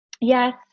yes